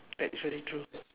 actually true